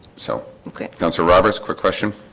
so, okay don't sir roberts quick question,